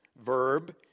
verb